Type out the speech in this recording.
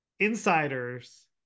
insiders